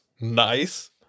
Nice